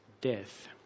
death